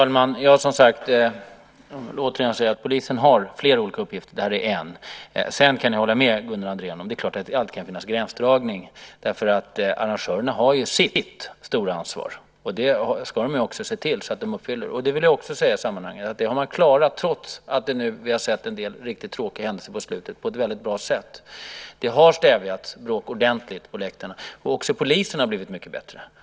Herr talman! Jag vill återigen säga att polisen har flera olika uppgifter. Det här är en. Sedan kan jag hålla med Gunnar Andrén om att det kan finnas gränsdragningsproblem. Arrangörerna har sitt stora ansvar. Och det ska de också se till att ta. Och det har de klarat på ett väldigt bra sätt trots att vi har sett en hel del riktigt tråkiga händelser på senare tid. Bråket på läktarna har stävjats ordentligt, och också polisen har blivit mycket bättre.